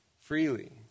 freely